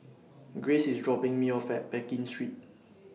Grayce IS dropping Me off At Pekin Street